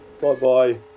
Bye-bye